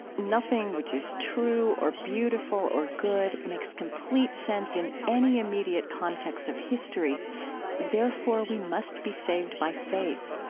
nothing which is true or beautiful or good makes complete sense in any immediate context of history therefore, we must be saved by faith.